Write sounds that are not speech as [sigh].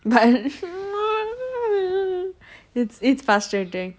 but [noise] it's it's frustrating